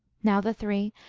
now the three,